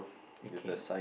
okay